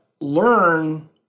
learn